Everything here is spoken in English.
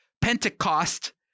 Pentecost